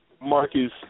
Marcus